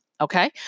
Okay